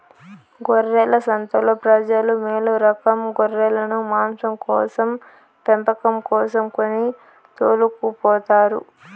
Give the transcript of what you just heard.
గొర్రెల సంతలో ప్రజలు మేలురకం గొర్రెలను మాంసం కోసం పెంపకం కోసం కొని తోలుకుపోతారు